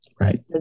right